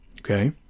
Okay